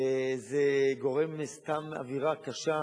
זה גורם סתם לאווירה קשה